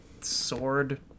sword